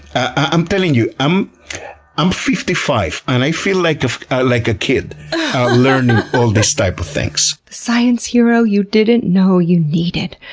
i'm telling you, i'm i'm fifty five and i feel like like a kid learning all these types of things. the science hero you didn't know you needed!